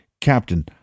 Captain